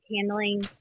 handling